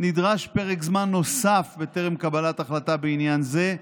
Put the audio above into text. נדרש פרק זמן נוסף בטרם קבלת החלטה בעניין זה,